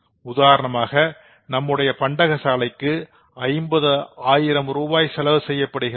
உதாரணமாக நம்முடைய பண்டகசாலைக்கு 50 ஆயிரம் ரூபாய் செலவு செய்யப்படுகிறது